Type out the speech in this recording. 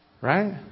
Right